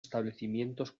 establecimientos